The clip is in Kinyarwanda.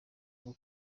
bwo